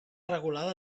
regulada